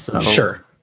Sure